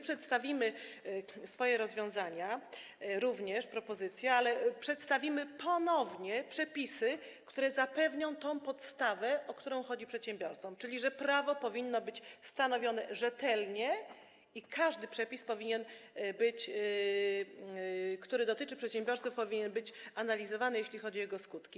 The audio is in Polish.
Przedstawimy swoje rozwiązania, propozycje, przedstawimy ponownie przepisy, które zapewnią tę podstawę, o którą chodzi przedsiębiorcom, czyli że prawo powinno być stanowione rzetelnie i każdy przepis, który dotyczy przedsiębiorców, powinien być analizowany, jeśli chodzi o jego skutki.